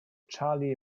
charlie